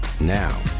Now